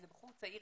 זה בחור צעיר,